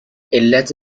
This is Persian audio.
علت